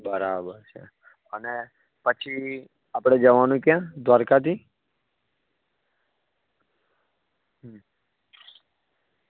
બરાબર છે અને પછી આપણે જવાનું ક્યાં દ્વારકાથી